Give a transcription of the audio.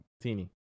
Teeny